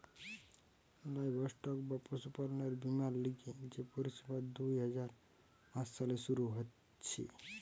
livestock বা পশুপালনের বীমার লিগে যে পরিষেবা দুই হাজার পাঁচ সালে শুরু হিছে